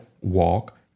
walk